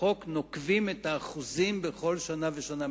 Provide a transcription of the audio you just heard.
בחוק נוקבים את האחוזים בכל שנה ושנה,